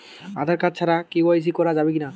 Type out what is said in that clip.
Aadhaar card ছাড়া KYC করা যাবে কি না?